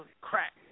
crack